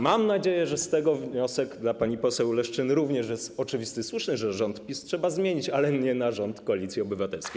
Mam nadzieję, że z tego wniosek dla pani poseł Leszczyny również jest oczywisty i słuszny: że rząd PiS trzeba zmienić, ale nie na rząd Koalicji Obywatelskiej.